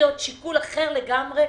שיקול אחר לגמרי.